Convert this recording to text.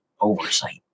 oversight